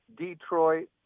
Detroit